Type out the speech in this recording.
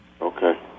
Okay